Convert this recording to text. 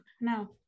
no